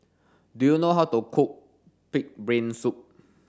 do you know how to cook pig's brain soup